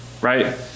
right